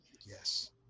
Yes